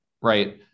right